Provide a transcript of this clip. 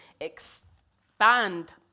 expand